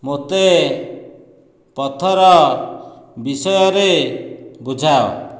ମୋତେ ପଥର ବିଷୟରେ ବୁଝାଅ